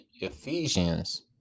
Ephesians